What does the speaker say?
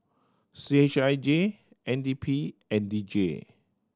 C H I J N D P and D J